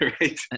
right